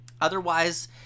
Otherwise